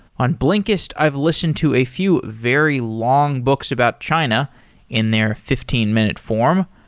on blinkist, i've listened to a few very long books about china in their fifteen minute form,